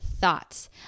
thoughts